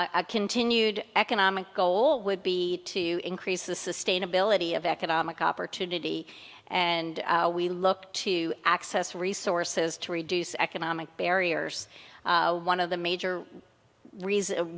continued economic goal would be to increase the sustainability of economic opportunity and we look to access resources to reduce economic barriers one of the major reason